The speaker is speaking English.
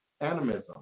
animism